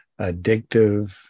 addictive